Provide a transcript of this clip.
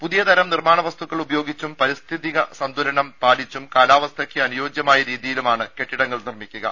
പുതിയ തരം നിർമ്മാണവസ്തുക്കൾ ഉപയോഗിച്ചും പാരിസ്ഥിതിക സന്തുലനം പാലിച്ചും കാലാവസ്ഥയ്ക്ക് അനുയോജ്യമായ രീതിയിലാണ് കെട്ടിടങ്ങൾ നിർമ്മിക്കുക